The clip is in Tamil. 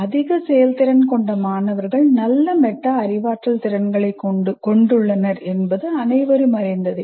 அதிக செயல்திறன் கொண்ட மாணவர்கள் நல்ல மெட்டா அறிவாற்றல் திறன்களைக் கொண்டுள்ளனர் என்பது அனைவரும் அறிந்ததே